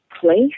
Place